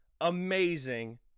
amazing